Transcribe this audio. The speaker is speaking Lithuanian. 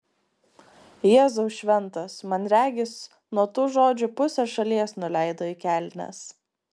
jėzau šventas man regis nuo tų žodžių pusė šalies nuleido į kelnes